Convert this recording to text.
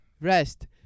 rest